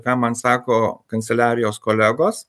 ką man sako kanceliarijos kolegos